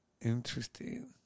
Interesting